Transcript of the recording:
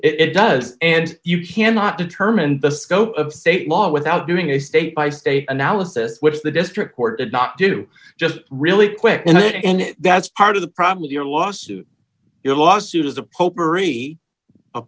it does and you cannot determine the scope of state law without doing a state by state analysis which the district court would not do just really quick and that's part of the problem your lawsuit your lawsuit is a